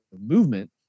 movement